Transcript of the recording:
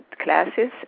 classes